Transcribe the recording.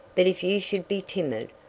but if you should be timid,